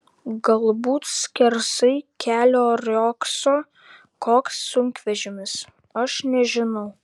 galbūt skersai kelio riogso koks sunkvežimis aš nežinau